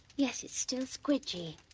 yes it's still squidgy.